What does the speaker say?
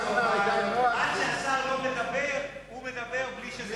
עד שהשר לא נכנס הוא מדבר בלי שזה,